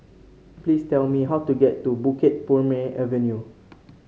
please tell me how to get to Bukit Purmei Avenue